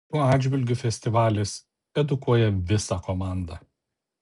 šiuo atžvilgiu festivalis edukuoja visą komandą